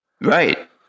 Right